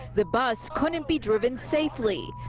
the bus couldn't be driven safely.